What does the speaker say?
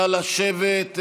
נא לשבת,